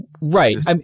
Right